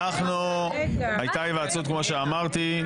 כמו שאמרתי,